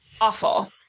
awful